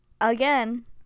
again